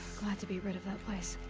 glad to be rid of that place.